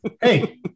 Hey